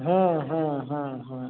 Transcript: हाँ हॅं हॅं हॅं